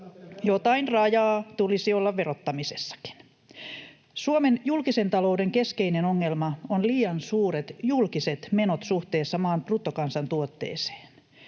Jotain rajaa tulisi olla verottamisessakin. Suomen julkisen talouden keskeinen ongelma on liian suuret julkiset menot suhteessa maan bruttokansantuotteeseen.